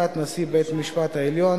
כנסת נכבדה,